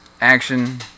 action